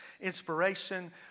inspiration